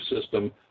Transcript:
system